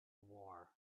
war